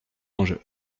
ange